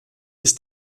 ist